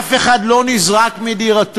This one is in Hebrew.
אף אחד לא נזרק מדירתו.